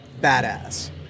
badass